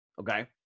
Okay